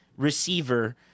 Receiver